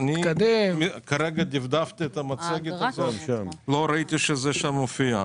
כרגע דפדפתי במצגת ולא ראיתי שזה מופיע.